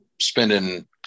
spending